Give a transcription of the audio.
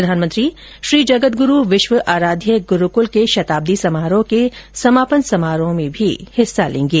प्रधानमंत्री श्रीजगदगुरू विश्व आराध्य गुरूकुल के शताब्दी समारोह के समापन समारोह में भी हिस्सा लेंगे